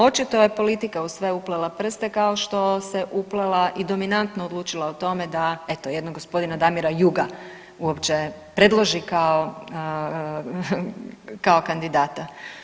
Očito je politika u sve uplela prste kao što se uplela i dominantno odlučila o tome da eto jednog gospodina Damira Juga uopće predloži kao, kao kandidata.